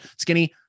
Skinny